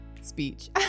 speech